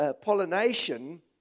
pollination